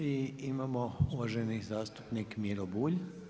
I imamo uvaženi zastupnik Miro Bulj.